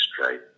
straight